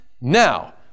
Now